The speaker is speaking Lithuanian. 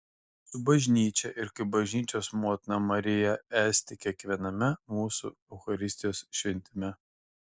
su bažnyčia ir kaip bažnyčios motina marija esti kiekviename mūsų eucharistijos šventime